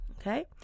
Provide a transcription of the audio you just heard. okay